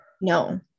No